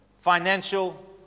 financial